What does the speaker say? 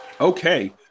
Okay